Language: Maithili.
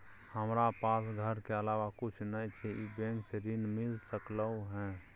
हमरा पास घर के अलावा कुछ नय छै ई बैंक स ऋण मिल सकलउ हैं?